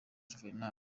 juvenal